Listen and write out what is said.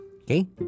Okay